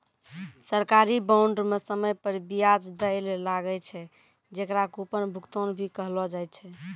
सरकारी बांड म समय पर बियाज दैल लागै छै, जेकरा कूपन भुगतान भी कहलो जाय छै